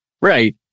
Right